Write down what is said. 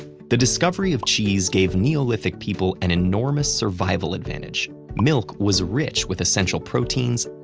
the discovery of cheese gave neolithic people an enormous survival advantage. milk was rich with essential proteins,